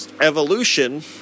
evolution